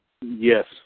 Yes